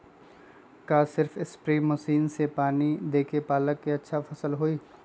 का सिर्फ spray machine से पानी देके पालक के अच्छा फसल होई?